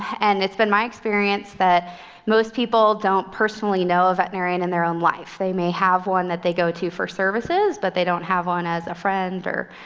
and it's been my experience that most people don't personally know a veterinarian in their own life. they may have one that they go to for services, but they don't have one as a friend or a